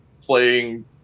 playing